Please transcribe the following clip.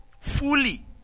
fully